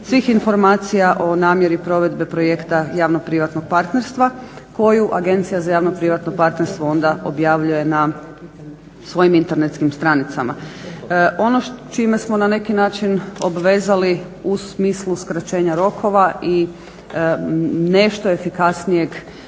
svih informacija o namjeri provedbe projekta javno-privatnog partnerstva koju Agencija za javno-privatno partnerstvo onda objavljuje na svojim internetskim stranicama. Ono čime smo na neki način obvezali u smislu skraćenja rokova i nešto efikasnijeg